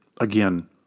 again